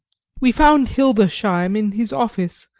we found hildesheim in his office,